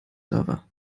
server